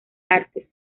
artes